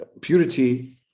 purity